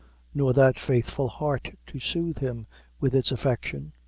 nor that faithful heart to soothe him with its affection,